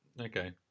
Okay